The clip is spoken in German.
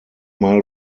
mal